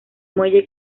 muelle